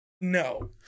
no